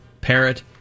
Parrot